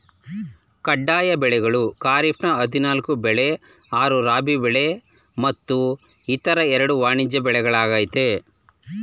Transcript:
ಕಡ್ಡಾಯ ಬೆಳೆಗಳು ಖಾರಿಫ್ನ ಹದಿನಾಲ್ಕು ಬೆಳೆ ಆರು ರಾಬಿ ಬೆಳೆ ಮತ್ತು ಇತರ ಎರಡು ವಾಣಿಜ್ಯ ಬೆಳೆಗಳಾಗಯ್ತೆ